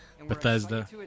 Bethesda